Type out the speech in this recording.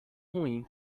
ruim